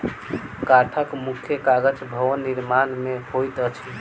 काठक मुख्य काज भवन निर्माण मे होइत अछि